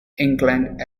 england